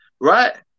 right